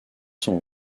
son